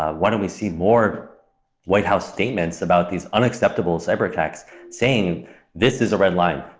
ah why don't we see more white house statements about these unacceptable cyber attacks saying this is a red line?